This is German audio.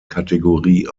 kategorie